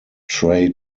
trey